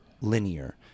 linear